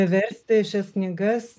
versti šias knygas